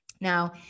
Now